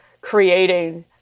creating